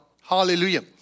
Hallelujah